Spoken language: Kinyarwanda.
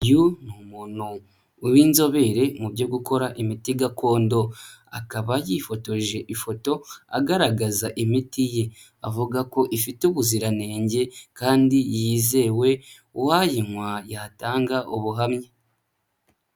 Uyu ni umuntu w'inzobere mu byo gukora imiti gakondo, akaba yifotoje ifoto agaragaza imiti ye, avuga ko ifite ubuziranenge kandi yizewe, uwayinywa yatanga ubuhamya.